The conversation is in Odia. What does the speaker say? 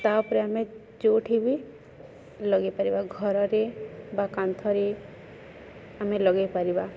ତା'ପରେ ଆମେ ଯୋଉଠି ବି ଲଗେଇପାରିବା ଘରରେ ବା କାନ୍ଥରେ ଆମେ ଲଗେଇ ପାରିବା